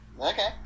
Okay